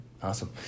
Awesome